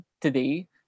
today